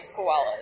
koalas